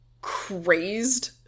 crazed